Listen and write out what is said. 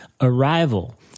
arrival